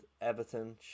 Everton